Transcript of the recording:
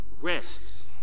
rest